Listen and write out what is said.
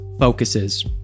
focuses